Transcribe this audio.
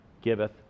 giveth